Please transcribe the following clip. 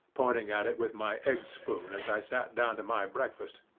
pointing at it with my egg spoon as i sat down to my breakfast.